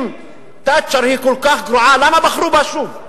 אם תאצ'ר היא כל כך גרועה, למה בחרו בה שוב?